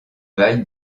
val